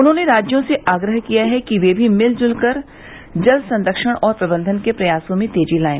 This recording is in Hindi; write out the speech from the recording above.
उन्होंने राज्यों से आग्रह किया कि वे भी मिलजुलकर जल संरक्षण और प्रबंधन के प्रयासों में तेजी लाएं